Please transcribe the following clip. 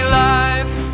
life